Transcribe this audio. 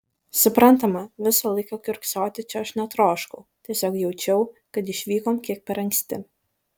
suprantama visą laiką kiurksoti čia aš netroškau tiesiog jaučiau kad išvykom kiek per anksti